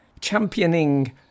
championing